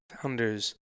founders